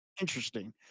interesting